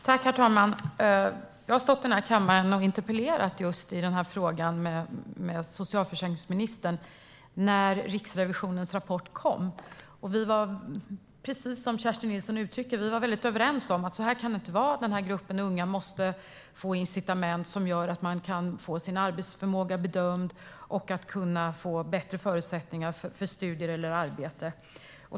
Herr talman! Jag har stått i denna kammare och interpellerat just i denna fråga med socialförsäkringsministern när Riksrevisionens rapport kom. Vi var, precis som Kerstin Nilsson uttrycker det, mycket överens om att det inte kan vara på detta sätt. Denna grupp unga måste få incitament som gör att de kan få sin arbetsförmåga bedömd och få bättre förutsättningar för studier eller arbete.